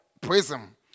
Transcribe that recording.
Prism